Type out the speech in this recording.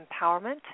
empowerment